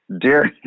Dear